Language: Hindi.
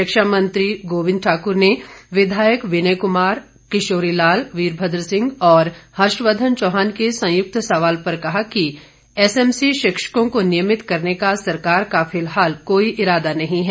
शिक्षा मंत्री गोविंद ठाकुर ने विधायक विनय कुमार किशोरी लाल वीरभद्र सिंह और हर्षवर्धन चौहान के संयुक्त सवाल पर कहा कि एसएमसी शिक्षकों को नियमित करने का सरकार का फिलहाल कोई इरादा नहीं है